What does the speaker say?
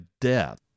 death